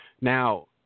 now